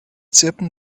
zirpen